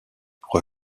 pour